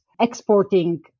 exporting